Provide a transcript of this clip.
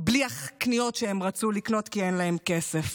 בלי הקניות שהם רצו לקנות, כי אין להם כסף.